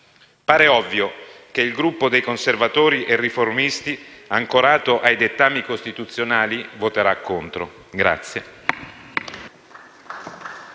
Pare ovvio che il Gruppo Conservatori e Riformisti, ancorato ai dettami costituzionali, voterà contro.